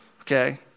okay